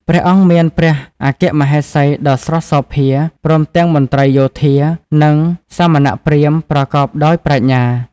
ព្រះអង្គមានព្រះអគ្គមហេសីដ៏ស្រស់សោភា ព្រមទាំងមន្ត្រីយោធា និងសមណព្រាហ្មណ៍ប្រកបដោយប្រាជ្ញា។